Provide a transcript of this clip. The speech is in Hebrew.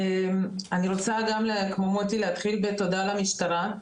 אני רוצה כמו מוטי להתחיל בתודה למשטרה,